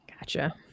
Gotcha